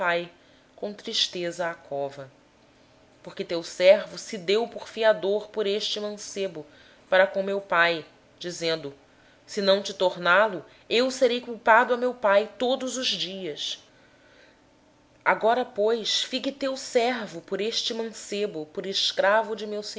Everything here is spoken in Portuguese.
pai com tristeza ao seol porque teu servo se deu como fiador pelo menino para com meu pai dizendo se eu to não trouxer de volta serei culpado para com meu pai para sempre agora pois fique teu servo em lugar do menino como escravo de meu